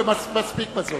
מספיק בזאת.